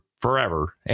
forever